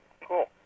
Cool